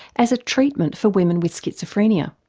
as a treatment for women with schizophrenia.